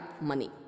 money